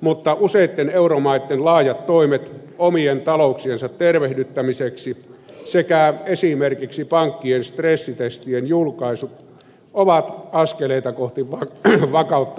mutta useiden euromaiden laajat toimet omien talouksiensa tervehdyttämiseksi sekä esimerkiksi pankkien stressitestien julkaisu ovat askeleita kohti vakautta ja luottamusta